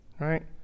right